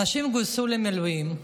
אנשים גויסו למילואים,